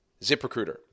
ZipRecruiter